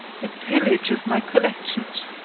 the pillage of my collections!